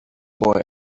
boy